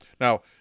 Now